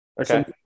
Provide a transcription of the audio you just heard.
Okay